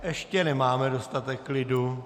Ještě nemáme dostatek klidu...